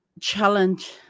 challenge